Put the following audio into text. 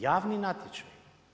Javni natječaji.